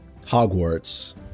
Hogwarts